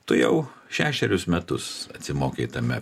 tu jau šešerius metus atsimokei tame